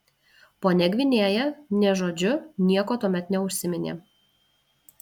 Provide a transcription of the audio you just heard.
ponia gvinėja nė žodžiu nieko tuomet neužsiminė